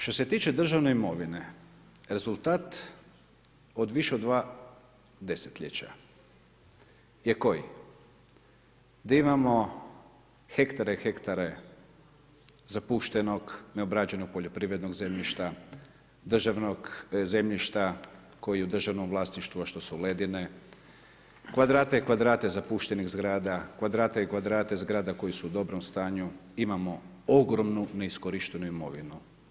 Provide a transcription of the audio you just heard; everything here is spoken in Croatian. Što se tiče državne imovine, rezultat od više od dva desetljeća je koji, da imamo hektare i hektare zapuštenog neobrađenog poljoprivrednog zemljišta, državnog zemljišta koje je u državnom vlasništvu kao što su ledine, kvadrate i kvadrate zapuštenih zgrada, kvadrate i kvadrate zgrada koje su u dobrom stanju, imamo ogromnu neiskorištenu imovinu.